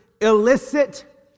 illicit